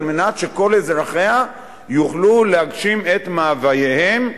כדי שכל אזרחיה יוכלו להגשים את מאווייהם,